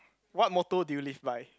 what motto do you live by